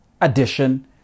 addition